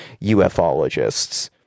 ufologists